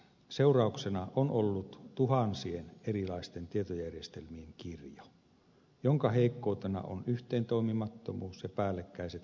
seurauksena on ollut tuhansien erilaisten tietojärjestelmien kirjo jonka heikkoutena ovat yhteentoimimattomuus ja päällekkäiset kehittämiskustannukset